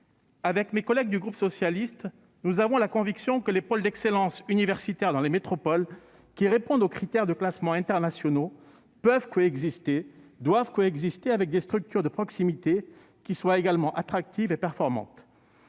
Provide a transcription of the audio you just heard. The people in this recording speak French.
comme mes collègues du groupe socialiste, j'ai la conviction que les pôles d'excellence universitaire dans les métropoles, qui répondent aux critères des classements internationaux, peuvent et doivent coexister avec des structures de proximité qui soient également attractives et performantes.